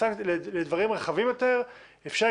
שההחלטה צריכה להיות כמה שיותר מצומצמת ולחול רק על ששת